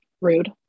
Rude